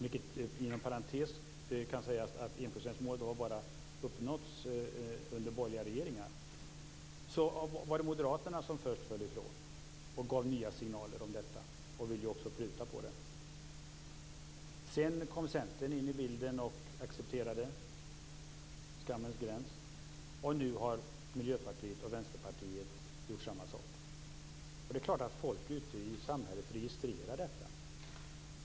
Inom parentes kan sägas att enprocentsmålet har bara uppnåtts under borgerliga regeringar. Det var moderaterna som först föll ifrån och gav nya signaler om detta och som också ville pruta på det. Sedan kom Centern in i bilden och accepterade skammens gräns. Och nu har Miljöpartiet och Vänsterpartiet gjort samma sak. Det är klart att folk ute i samhället registrerar detta.